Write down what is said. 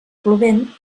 plovent